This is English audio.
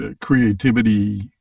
creativity